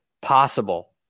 possible